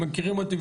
הם מכירים אותי,